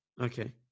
Okay